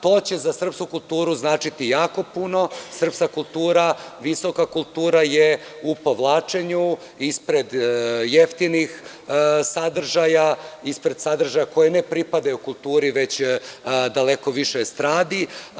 To će za srpsku kulturu značiti jako puno, srpska kultura, visoka kultura je u povlačenju ispred jeftinih sadržaja, ispred sadržaja koji ne pripadaju kulturi, već daleko više estradi.